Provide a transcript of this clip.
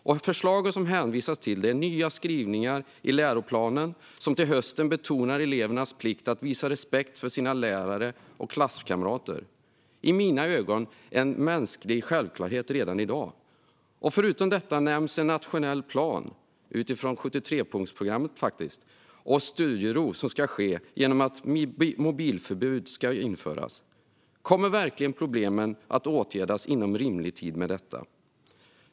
Det förslag som det hänvisas till är nya skrivningar i läroplanen till hösten där elevernas plikt att visa respekt för sina lärare och klasskamrater betonas, vilket i mina ögon är en mänsklig självklarhet redan i dag. Förutom detta nämns en nationell plan, utifrån 73-punktsprogrammet, och studiero som ska uppnås genom införande av mobilförbud. Kommer problemen verkligen att åtgärdas inom rimlig tid med detta?